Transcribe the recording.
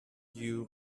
you